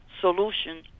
solution